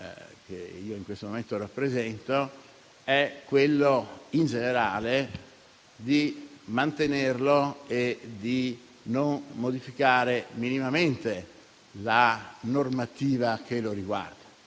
che in questo momento rappresento - è in generale di mantenerlo e di non modificare minimamente la normativa che lo riguarda.